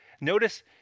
Notice